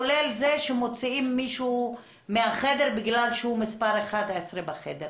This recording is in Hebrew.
כולל זה שמוציאים מישהו מהחדר בגלל שהוא מספר 11 בחדר.